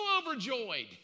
overjoyed